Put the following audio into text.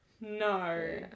No